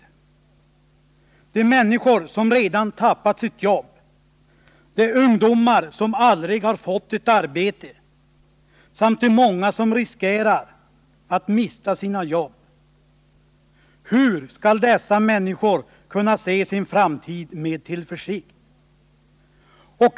De människor som redan tappat sitt jobb, de ungdomar som aldrig har fått ett arbete, de många som riskerar att mista sina jobb — hur skall de kunna se sin framtid an med tillförsikt?